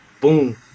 boom